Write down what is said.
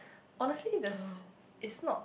honestly there's it's not